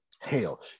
Hell